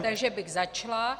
Takže bych začala.